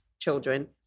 children